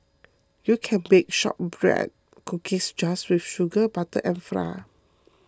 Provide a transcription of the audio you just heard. you can bake Shortbread Cookies just with sugar butter and